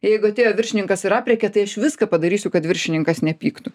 jeigu atėjo viršininkas ir aprėkė tai aš viską padarysiu kad viršininkas nepyktų